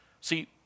See